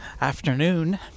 afternoon